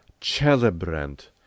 celebrant